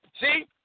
See